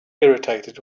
irritated